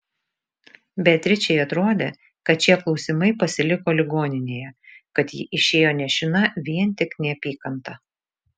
beatričei atrodė kad šie klausimai pasiliko ligoninėje kad ji išėjo nešina vien tik neapykanta